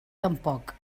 tampoc